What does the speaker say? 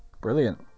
Brilliant